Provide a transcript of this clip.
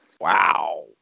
Wow